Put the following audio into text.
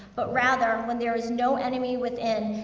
but rather when there is no enemy within,